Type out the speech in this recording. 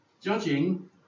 Judging